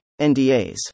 NDAs